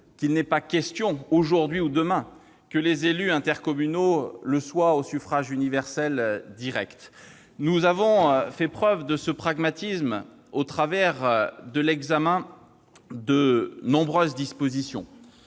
il n'est pas question, aujourd'hui ou demain, que les membres des intercommunalités soient élus au suffrage universel direct. Nous avons fait la preuve de ce pragmatisme lors de l'examen de nombreuses dispositions